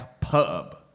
Pub